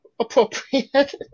appropriate